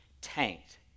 tanked